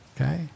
Okay